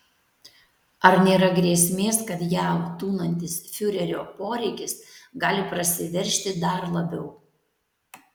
ar nėra grėsmės kad jav tūnantis fiurerio poreikis gali prasiveržti dar labiau